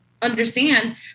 understand